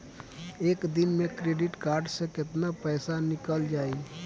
एक दिन मे क्रेडिट कार्ड से कितना पैसा निकल जाई?